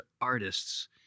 artists